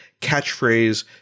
catchphrase